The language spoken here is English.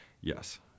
yes